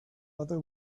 other